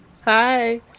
hi